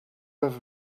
ever